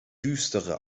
düstere